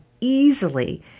easily